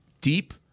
deep